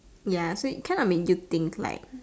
ya so it kind of make you think like